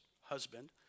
husband